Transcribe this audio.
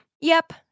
Yep